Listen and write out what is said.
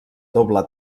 doble